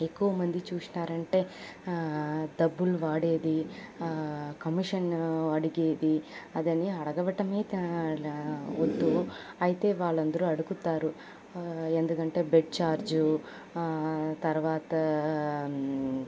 ఎక్కువమంది చూసారంటే దబ్బులు వాడేది కమిషను అడిగేది అదని అడగవటమే తా అలా వద్దూ అయితే వాళ్ళందరూ అడుగుతారు ఎందుకంటే బెడ్ ఛార్జు తర్వాతా